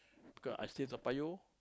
because I stay Toa Payoh